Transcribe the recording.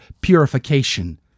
purification